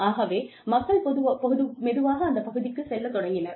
ஆகவே மக்கள் மெதுவாக அந்த பகுதிக்குச் செல்ல தொடங்கினர்